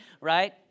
right